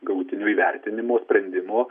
galutinio įvertinimo sprendimo